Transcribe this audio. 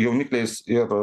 jaunikliais ir